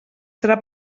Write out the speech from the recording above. serà